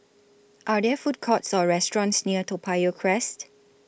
Are There Food Courts Or restaurants near Toa Payoh Crest